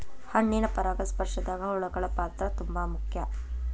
ಹಣ್ಣಿನ ಪರಾಗಸ್ಪರ್ಶದಾಗ ಹುಳಗಳ ಪಾತ್ರ ತುಂಬಾ ಮುಖ್ಯ